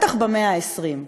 בטח במאה ה-20,